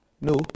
No